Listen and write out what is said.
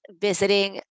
visiting